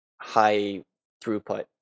high-throughput